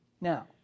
Now